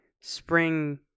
Spring